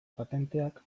patenteak